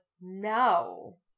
no